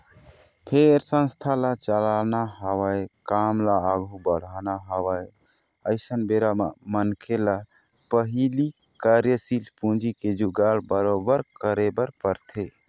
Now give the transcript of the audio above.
फेर संस्था ल चलाना हवय काम ल आघू बढ़ाना हवय अइसन बेरा बर मनखे ल पहिली कार्यसील पूंजी के जुगाड़ बरोबर करे बर परथे